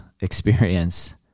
experience